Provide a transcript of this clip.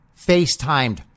FaceTimed